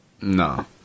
No